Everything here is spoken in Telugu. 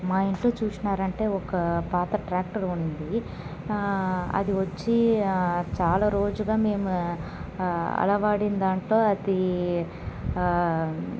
మా ఇంట్లో చూసినారంటే ఒక పాత ట్రాక్టర్ ఉంది అది వచ్చి చాలా రోజుగా మేము అలవడిందంట్లో అది